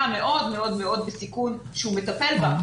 המאוד מאוד מאוד בסיכון שהוא מטפל בה.